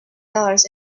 dollars